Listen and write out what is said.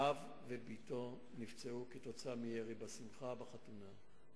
אב ובתו נפצעו כתוצאה מהירי בשמחה בחתונה.